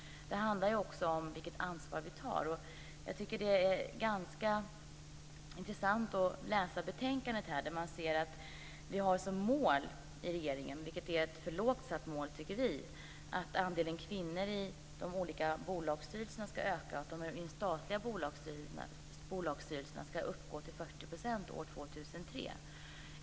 Det handlar också om vilket ansvar vi tar. Jag tycker att det är ganska intressant att i betänkandet läsa om att regeringen har som mål - vilket vi tycker är för lågt satt - att andelen kvinnor i de statliga bolagsstyrelserna ska öka till 40 % år 2003.